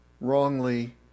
wrongly